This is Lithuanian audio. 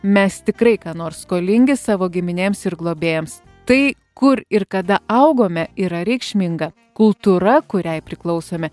mes tikrai ką nors skolingi savo giminėms ir globėjams tai kur ir kada augome yra reikšminga kultūra kuriai priklausome